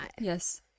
Yes